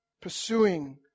Pursuing